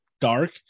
dark